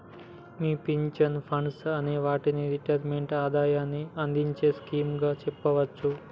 మీ pension funds అనే వాటిని retirement ఆదాయాన్ని అందించే స్కీమ్ గా చెప్పవచ్చు